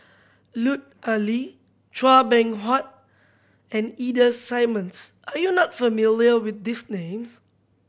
Lut Ali Chua Beng Huat and Ida Simmons are you not familiar with these names